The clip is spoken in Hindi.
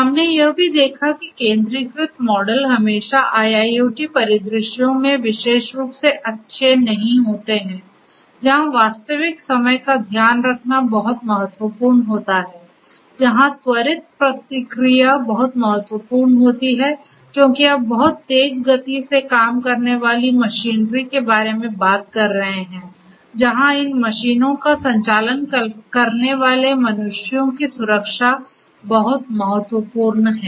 हमने यह भी देखा है कि केंद्रीकृत मॉडल हमेशा IIoT परिदृश्यों में विशेष रूप से अच्छे नहीं होते हैं जहां वास्तविक समय का ध्यान रखना बहुत महत्वपूर्ण होता है जहां त्वरित प्रतिक्रिया बहुत महत्वपूर्ण होती है क्योंकि आप बहुत तेज़ गति से काम करने वाली मशीनरी के बारे में बात कर रहे हैं जहाँ इन मशीनों का संचालन करने वाले मनुष्यों की सुरक्षा बहुत महत्वपूर्ण है